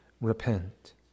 repent